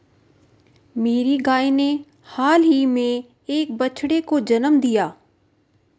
मेरी गाय ने हाल ही में एक बछड़े को जन्म दिया